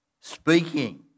speaking